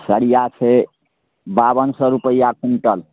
सरिया छै बाबन सए रुपैआ कुन्टल